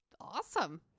Awesome